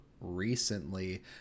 recently